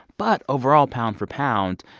but overall, pound for pound,